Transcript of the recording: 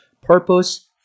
purpose